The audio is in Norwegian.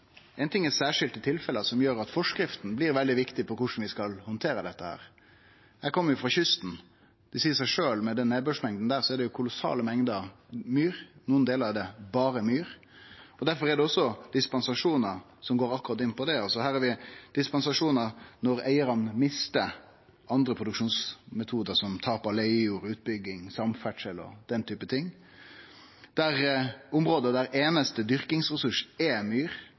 tilfelle, som gjer at forskriftene blir veldig viktige for korleis vi skal handtere dette. Eg kjem jo frå kysten. Med nedbørsmengda der seier det seg sjølv at det er kolossale mengder myr. I nokre delar er det berre myr. Difor er det også dispensasjonar som går på akkurat det. Når eigarane mister andre produksjonsmetodar, som ved tap av leiejord, utbygging, samferdsel og den typen ting, i område der den einaste dyrkingsressursen er myr